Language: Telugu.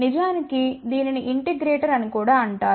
నిజానికి దీనిని ఇంటిగ్రేటర్ అని కూడా అంటారు